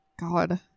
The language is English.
God